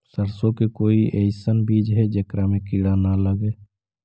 सरसों के कोई एइसन बिज है जेकरा में किड़ा न लगे?